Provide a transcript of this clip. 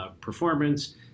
performance